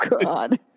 God